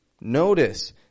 Notice